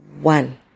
one